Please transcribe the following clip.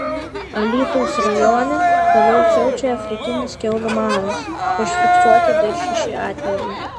alytaus rajone toliau siaučia afrikinis kiaulių maras užfiksuoti dar šeši atvejai